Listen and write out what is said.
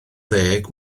ddeg